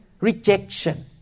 Rejection